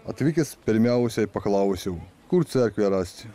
atvykęs pirmiausiai paklausiau kur cerkvę rasti